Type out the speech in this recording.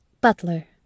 butler